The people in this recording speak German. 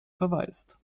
verweist